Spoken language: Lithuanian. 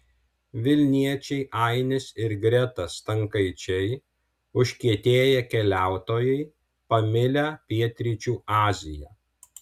vilniečiai ainis ir greta stankaičiai užkietėję keliautojai pamilę pietryčių aziją